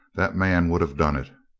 that man would have done it.